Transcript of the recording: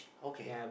okay